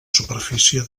superfície